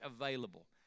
available